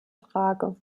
frage